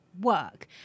work